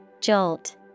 Jolt